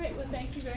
thank you very